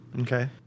Okay